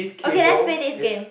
okay let's play this game